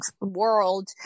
world